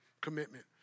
commitment